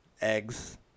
eggs